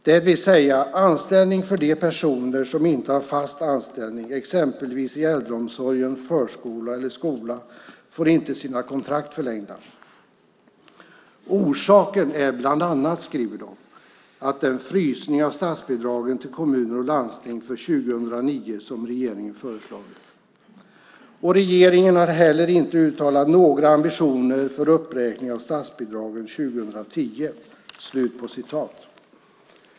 Det vill säga att anställda som inte har fast anställning exempelvis i äldreomsorg, förskola eller skola, inte får sina kontrakt förlängda. "Orsaken är bland annat", skriver de, "den frysning av statsbidragen till kommuner och landsting för 2009 som regeringen föreslagit. Regeringen har heller inte uttalat några ambitioner för en uppräkning av statsbidragen 2010."